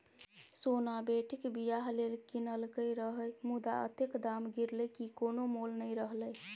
सोना बेटीक बियाह लेल कीनलकै रहय मुदा अतेक दाम गिरलै कि कोनो मोल नहि रहलै